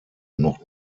noch